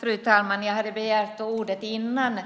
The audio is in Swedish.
Fru talman! Jag begärde ordet innan